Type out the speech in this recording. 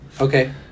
Okay